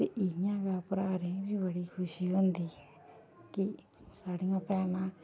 ते इयां गै भ्राऽ होरें गी बड़ी खुशी होंदी कि साढ़ियां भैनां